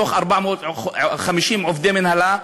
מתוך 450 עובדי מינהלה,